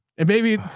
and maybe,